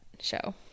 show